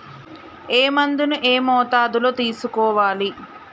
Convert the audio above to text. ఏ మందును ఏ మోతాదులో తీసుకోవాలి?